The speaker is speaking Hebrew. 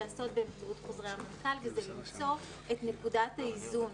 לעשות --- כדי למצוא את נקודת האיזון.